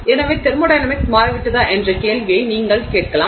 எனவே தெர்மோடையனமிக்ஸ் மாறிவிட்டதா என்ற கேள்வியை நீங்கள் கேட்கலாம்